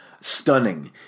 stunning